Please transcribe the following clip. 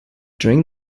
during